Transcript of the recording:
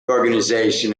organization